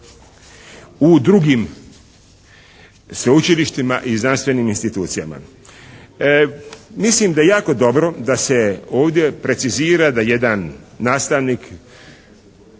u drugim sveučilištima i znanstvenim institucijama. Mislim da je jako dobro da se ovdje precizira da jedan nastavnik